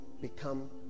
become